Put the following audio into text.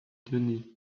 donner